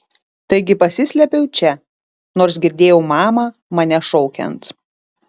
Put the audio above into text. taigi pasislėpiau čia nors girdėjau mamą mane šaukiant